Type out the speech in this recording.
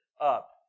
up